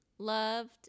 loved